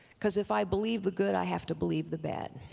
because if i believe the good i have to believe the bad.